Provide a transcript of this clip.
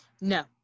No